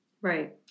Right